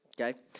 Okay